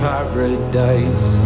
Paradise